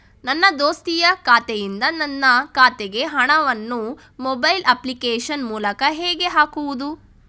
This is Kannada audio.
ನನ್ನ ದೋಸ್ತಿಯ ಖಾತೆಯಿಂದ ನನ್ನ ಖಾತೆಗೆ ಹಣವನ್ನು ಮೊಬೈಲ್ ಅಪ್ಲಿಕೇಶನ್ ಮೂಲಕ ಹೇಗೆ ಹಾಕುವುದು?